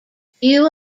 few